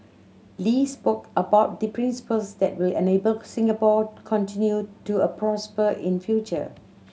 Lee spoke about the principles that will enable Singapore continue to a prosper in future